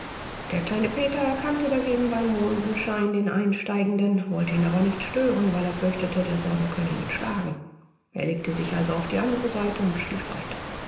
der kleine peter erkannte dagegen beim mondenschein den einsteigenden wollte ihn aber nicht stören weil er fürchtete derselbe könne ihn schlagen er legte sich also auf die andere seite und schlief weiter